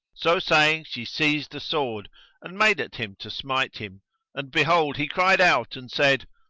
so saying she seized a sword and made at him to smite him and behold, he cried out and said,